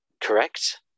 Correct